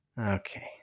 Okay